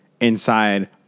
inside